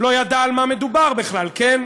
לא ידע על מה מדובר בכלל, כן?